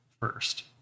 first